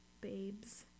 Babes